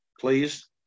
please